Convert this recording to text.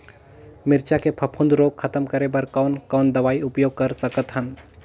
मिरचा के फफूंद रोग खतम करे बर कौन कौन दवई उपयोग कर सकत हन?